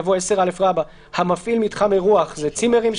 יבוא: "(10א) המפעיל מתחם אירוח זה צימרים,